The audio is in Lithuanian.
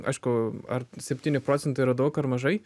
aišku ar septyni procentai yra daug ar mažai